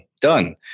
done